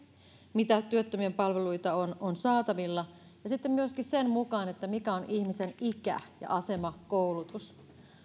mitä työttömien palveluita on on saatavilla ja sitten myöskin sen mukaan mikä on ihmisen ikä ja asema koulutus